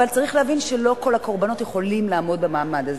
אבל צריך להבין שלא כל הקורבנות יכולים לעמוד במעמד הזה.